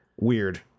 Weird